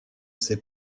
ses